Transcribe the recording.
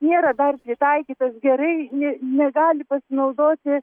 nėra dar pritaikytas gerai ne negali pasinaudoti